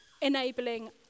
enabling